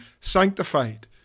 sanctified